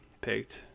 picked